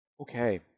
Okay